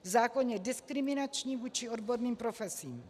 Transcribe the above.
Zákon je diskriminační vůči odborným profesím.